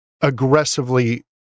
aggressively